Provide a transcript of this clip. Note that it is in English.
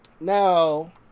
now